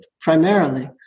primarily